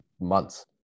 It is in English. months